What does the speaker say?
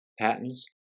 patents